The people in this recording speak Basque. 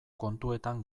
kontuetan